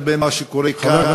לבין מה שקורה כאן ובממשלה.